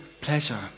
pleasure